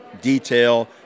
detail